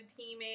teammate